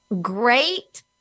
Great